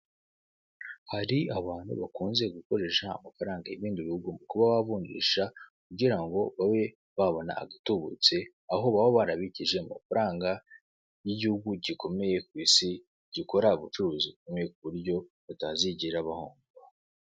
Hari abantu bakunze gukoresha amafaranga y'ibindi bihugu mu kuba bavunjisha kugirango babe babona adutubutse aho baba barabikije amafaranga y'igihugu gikomeye ku isi gikora ubucuruzi bukomeye kuburyo batazigera bahomba.